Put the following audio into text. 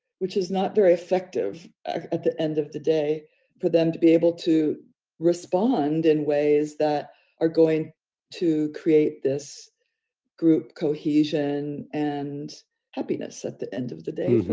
which is not very effective at the end of the day for them to be able to respond in ways that are going to create this group cohesion and happiness at the end of the day.